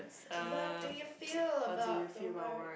what do you feel about the work